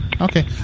Okay